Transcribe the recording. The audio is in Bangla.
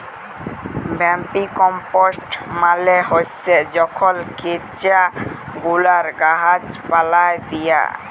ভার্মিকম্পস্ট মালে হছে যখল কেঁচা গুলা গাহাচ পালায় দিয়া